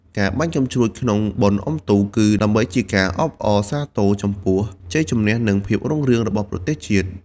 ការបាញ់កាំជ្រួចក្នុងបុណ្យអុំទូក គឺដើម្បីជាការអបអរសាទរចំពោះជ័យជម្នះ និងភាពរុងរឿងរបស់ប្រទេសជាតិ។